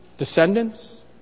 Descendants